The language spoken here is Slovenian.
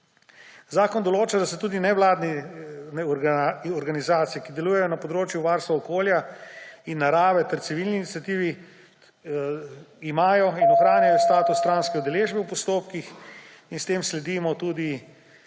Zakon določa, da tudi nevladne organizacije, ki delujejo na področju varstva okolja in narave, ter civilne iniciative imajo in ohranjajo status stranskega udeleženca v postopkih. S tem sledimo tudi